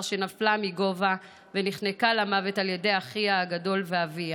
שנפלה מגובה ונחנקה למוות על ידי אחיה הגדול ואביה.